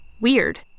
weird